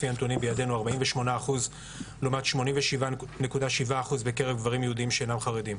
לפי הנתונים בידינו 48% לעומת 87.7% מקרב גברים יהודים שאינם חרדים,